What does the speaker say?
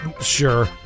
Sure